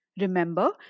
Remember